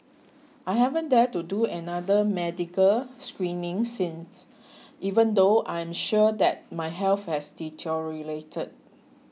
I haven't dared to do another medical screening since even though I am sure that my health has deteriorated